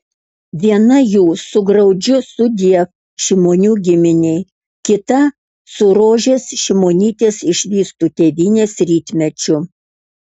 viena jų su graudžiu sudiev šimonių giminei kita su rožės šimonytės išvystu tėvynės rytmečiu